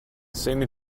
semi